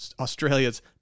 Australia's